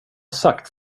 sagt